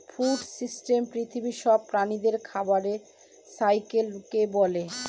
food system পৃথিবীর সব প্রাণীদের খাবারের সাইকেলকে বলে